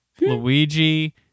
Luigi